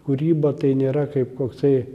kūryba tai nėra kaip koksai